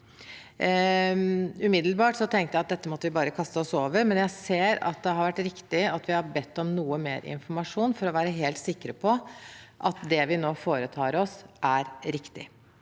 Umiddelbart tenkte jeg at dette måtte vi bare kaste oss over, men jeg ser det har vært riktig at vi har bedt om noe mer informasjon for å være helt sikre på at det vi nå foretar oss, er riktig.